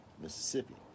Mississippi